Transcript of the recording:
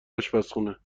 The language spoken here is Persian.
اشپزخونه